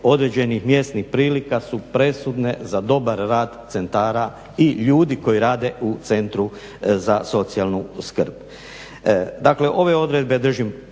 određenih mjesnih prilika su presudne za dobar rad centara i ljudi koji rade u centru za socijalnu skrb.